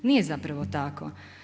Nije zapravo tako.